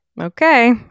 Okay